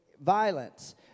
violence